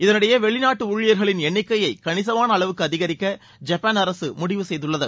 இதனிடையே வெளிநாட்டு ஊழியர்களின் எண்ணிக்கையை கணிசமான அளவுக்கு அதிகரிக்க ஜப்பான் அரசு முடிவு செய்துள்ளது